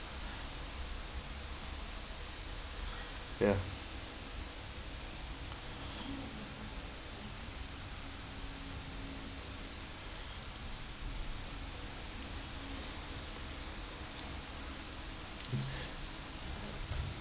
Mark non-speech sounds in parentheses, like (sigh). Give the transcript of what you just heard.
(breath) ya (breath)